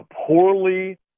poorly